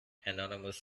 anonymous